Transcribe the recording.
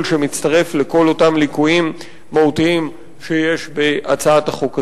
שמצטרף לכל אותם ליקויים מהותיים שיש בהצעת החוק הזאת.